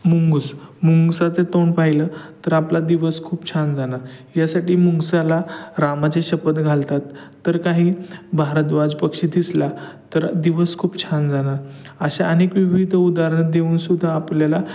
मुंगुस मुंगसाचे तोंड पाहिलं तर आपला दिवस खूप छान जाणार यासाठी मुंगसाला रामाची शपथ घालतात तर काही भारद्वाज पक्षी दिसला तर दिवस खूप छान जाणार अशा अनेक विविध उदाहरणं देऊन सुद्धा आपल्याला